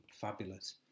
fabulous